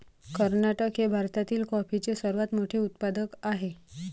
कर्नाटक हे भारतातील कॉफीचे सर्वात मोठे उत्पादक आहे